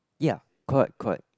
ya correct correct